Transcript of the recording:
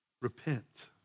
Repent